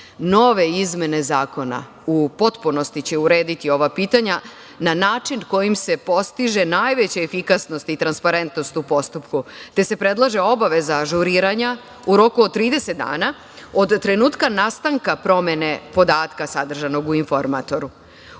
izmene zakona u potpunosti će urediti ova pitanja na način kojim se postiže najveća efikasnost i transparentnost u postupku, te se predlaže obaveza ažuriranja u roku od 30 dana od trenutka nastanka promene podatka sadržanog u informatoru. Uvodi